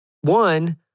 One